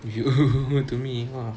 oh you to me !wah!